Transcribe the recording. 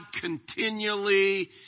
continually